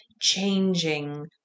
changing